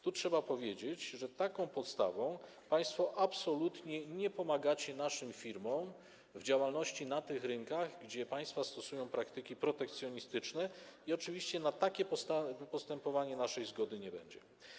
Tu trzeba powiedzieć, że taką postawą państwo absolutnie nie pomagacie naszym firmom w działalności na tych rynkach, gdzie państwa stosują praktyki protekcjonistyczne, i oczywiście na takie postępowanie naszej zgody nie będzie.